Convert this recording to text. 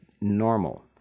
normal